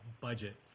budget